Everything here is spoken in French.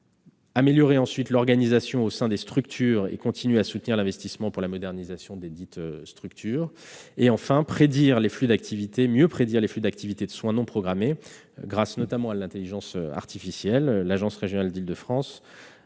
améliorer l'organisation au sein des structures et continuer à soutenir l'investissement pour la modernisation desdites structures. Enfin, mieux prédire les flux d'activité de soins non programmés, grâce notamment à l'intelligence artificielle. L'Agence régionale de santé d'Île-de-France